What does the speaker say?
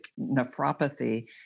nephropathy